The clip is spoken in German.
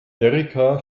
erika